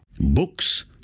Books